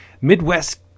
Midwest